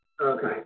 Okay